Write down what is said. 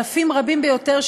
אלפים רבים ביותר,